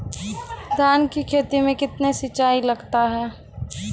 धान की खेती मे कितने सिंचाई लगता है?